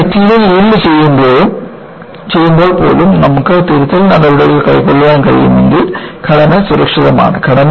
അതിനാൽ material yield ചെയ്യുമ്പോൾ പോലും നമുക്ക് തിരുത്തൽ നടപടികൾ കൈക്കൊള്ളാൻ കഴിയുമെങ്കിൽ ഘടന സുരക്ഷിതമാണ്